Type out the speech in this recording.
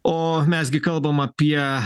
o mes gi kalbam apie